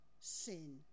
sin